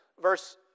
Verse